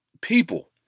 people